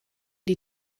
die